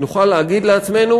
נוכל להגיד לעצמנו: